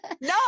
No